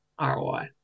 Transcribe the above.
ROI